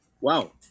Wow